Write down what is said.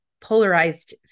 polarized